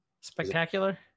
spectacular